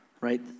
right